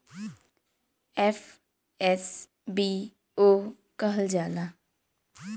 FSBO कहल जाला